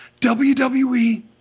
WWE